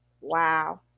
wow